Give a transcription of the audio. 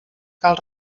cal